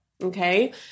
Okay